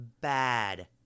bad